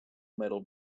metal